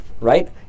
right